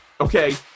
okay